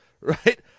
right